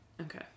Okay